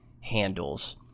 handles